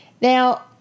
Now